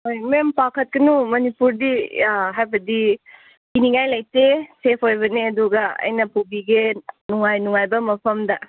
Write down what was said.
ꯍꯣꯏ ꯃꯦꯝ ꯄꯥꯈꯠꯀꯅꯨ ꯃꯅꯤꯄꯨꯔꯗꯤ ꯍꯥꯏꯕꯗꯤ ꯀꯤꯅꯤꯡꯉꯥꯏ ꯂꯩꯇꯦ ꯁꯦꯐ ꯑꯣꯏꯕꯅꯤ ꯑꯗꯨꯒ ꯑꯩꯅ ꯄꯨꯕꯤꯒꯦ ꯅꯨꯡꯉꯥꯏ ꯅꯨꯡꯉꯥꯏꯕ ꯃꯐꯝꯗ